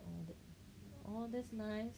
oh oh that's nice